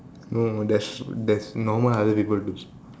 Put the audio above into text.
no there's there's normal other people do